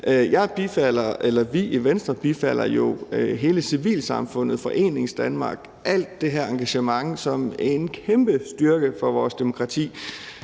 Vi i Venstre bifalder jo hele civilsamfundet, Foreningsdanmark og hele det her engagement som en kæmpe styrke for vores demokrati